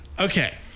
Okay